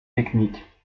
techniques